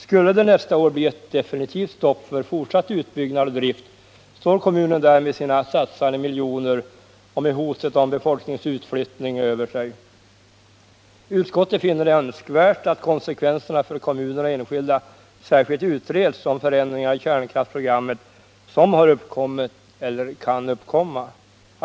Skulle det nästa år bli ett definitivt stopp för fortsatt utbyggnad och drift, står kommunen där med sina satsade miljoner och med hotet om befolkningsutflyttning över sig. Utskottet finner det önskvärt att konsekvenserna för kommuner och enskilda särskilt utreds när det gäller förändringar i kärnkraftsprogrammet som har uppkommit eller kan uppkomma.